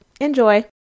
Enjoy